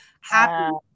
happy